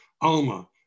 Alma